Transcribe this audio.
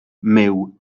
myw